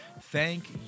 Thank